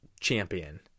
Champion